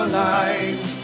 life